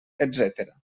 etcètera